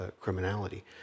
criminality